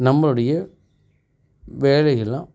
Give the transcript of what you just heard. நம்மளுடைய வேலையெல்லாம்